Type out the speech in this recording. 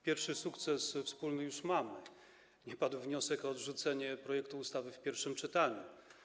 Pierwszy sukces wspólny już mamy - nie padł wniosek o odrzucenie projektu ustawy w pierwszym czytaniu.